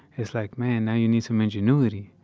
it's like, man, now you need some ingenuity.